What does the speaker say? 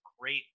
great